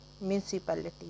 municipality